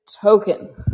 token